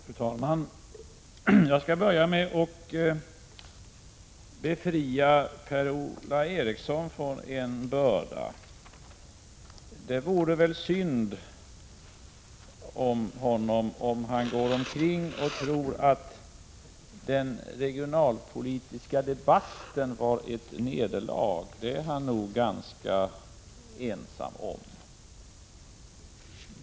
Fru talman! Jag skall börja med att befria Per-Ola Eriksson från en börda. Det vore väl synd om honom ifall han skulle tro att den regionalpolitiska debatten var ett nederlag. Det är han nog ganska ensam om.